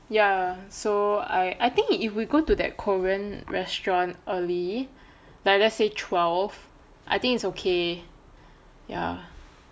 ya so I think if we go to that korean restaurant early like let's say twelve I think it's okay ya